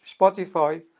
Spotify